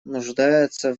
нуждается